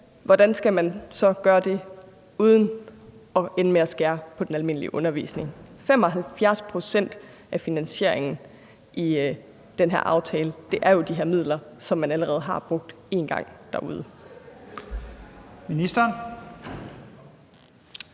hvordan skal man så gøre det uden at ende med at skære på den almindelige undervisning? 75 pct. af finansieringen i den her aftale er jo de her midler, som man allerede har brugt én gang derude. Kl.